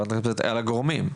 חברת הכנסת, על הגורמים.